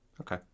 Okay